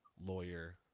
lawyer